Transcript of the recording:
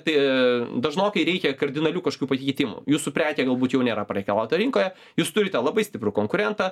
tai dažnokai reikia kardinalių kažkokių pakeitimų jūsų prekė galbūt jau nėra prekiauta rinkoje jūs turite labai stiprų konkurentą